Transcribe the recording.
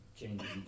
changes